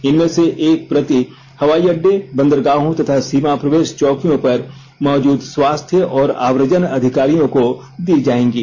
इनमें से एक प्रति हवाई अड्डे बंदरगाहों तथा सीमा प्रवेश चौकियों पर मौजूद स्वास्थ्य और आव्रजन अधिकारियों को दी जाएंगी